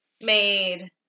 made